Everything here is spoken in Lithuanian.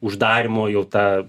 uždarymo jau ta